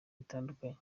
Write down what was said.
bitandukanye